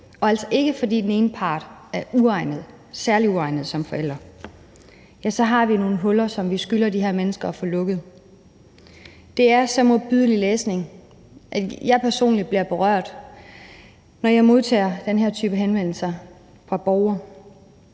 og altså ikke fordi den ene part er særlig uegnet som forælder, så er der nogle huller, som vi skylder de her mennesker at få lukket. Det er så modbydelig læsning, at jeg personligt bliver berørt, når jeg modtager den her type henvendelser fra borgere